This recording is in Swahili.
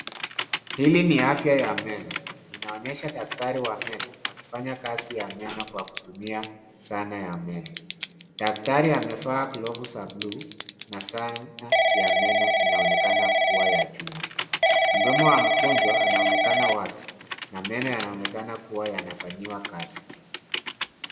Hili ni afya ya meno. Linaonyesha daktari wa meno, akifanya kazi kwa kutumia zana ya meno. Daktari amevaa glovu za bluu, na zana ya meno inaonekana kuwa ya juu. Mdomo wa mgonjwa inaonekana wazi na meno yanaonekana kufanyiwa kazi.